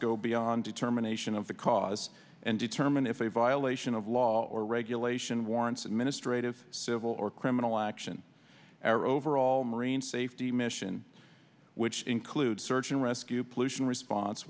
go beyond determination of the cause and determine if a violation of law or regulation warrants administrative civil or criminal action or overall marine safety mission which includes search and rescue pollution response